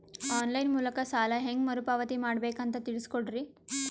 On line ಮೂಲಕ ಸಾಲ ಹೇಂಗ ಮರುಪಾವತಿ ಮಾಡಬೇಕು ಅಂತ ತಿಳಿಸ ಕೊಡರಿ?